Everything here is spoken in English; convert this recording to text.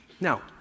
Now